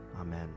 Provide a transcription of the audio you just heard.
Amen